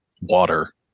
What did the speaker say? water